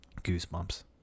goosebumps